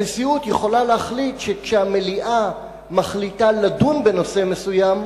הנשיאות יכולה להחליט שכאשר המליאה מחליטה לדון בנושא מסוים,